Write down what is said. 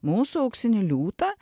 mūsų auksinį liūtą